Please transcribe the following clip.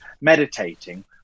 meditating